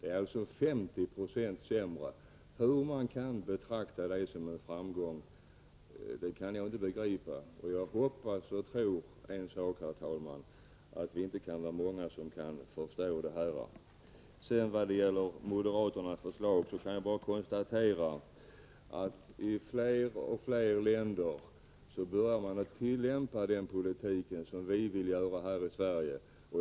Det är alltså en försämring på 50 20. Hur man kan betrakta detta som en framgång begriper jag inte. Jag tror, herr talman, att det inte kan vara många som förstår det hela. Vad sedan gäller moderaternas förslag kan jag bara konstatera att man i fler och fler länder nu börjar tillämpa den politik som vi vill föra här i Sverige.